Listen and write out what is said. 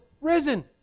risen